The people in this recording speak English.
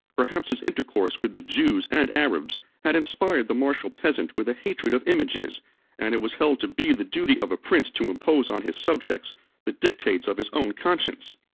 perhaps his intercourse with the jews and arabs, had inspired the martial peasant with a hatred of images and it was held to be the duty of a prince to impose on his subjects the dictates of his own conscience.